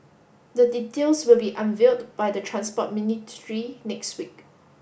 the details will be unveiled by the Transport Ministry next week